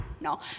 no